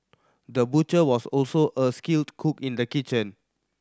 the butcher was also a skilled cook in the kitchen